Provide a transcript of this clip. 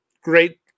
great